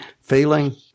feeling